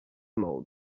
mode